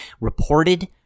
reported